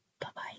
Bye-bye